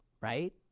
right